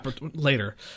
Later